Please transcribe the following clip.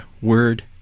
word